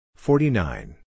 Forty-nine